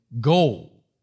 goal